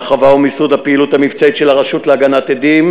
הרחבה ומיסוד הפעילות המבצעית של הרשות להגנת עדים,